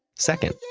second,